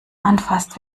anfasst